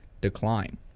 decline